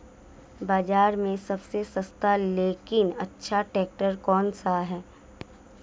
बाज़ार में सबसे सस्ता लेकिन अच्छा ट्रैक्टर कौनसा है?